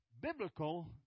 Biblical